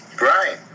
Right